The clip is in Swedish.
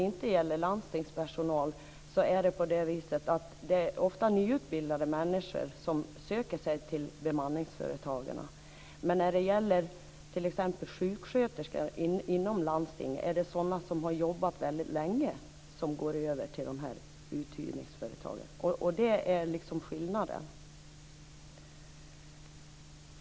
Det är ofta nyutbildade människor som söker sig till bemanningsföretagen utom när det gäller sjuksköterskor. Det är ofta sjuksköterskor som har jobbat väldigt länge inom landstingen som går över till de här uthyrningsföretagen. Det är skillnaden.